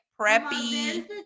preppy